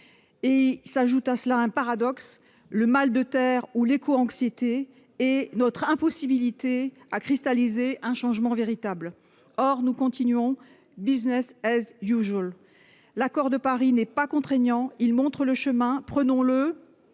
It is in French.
et s'ajoute à cela un paradoxe : le mal de terre où l'éco-anxiété et notre impossibilité à cristalliser un changement véritable or nous continuons Business S. Usual l'accord de Paris n'est pas contraignant, il montre le chemin, prenons-le,